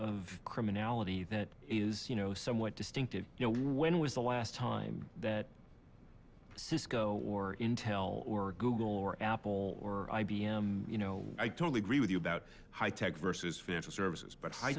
of criminality that is you know somewhat distinctive you know when was the last time that cisco or intel or google or apple or i b m you know i totally agree with you about high tech versus financial services but high